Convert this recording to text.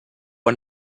han